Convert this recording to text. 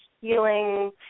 Healing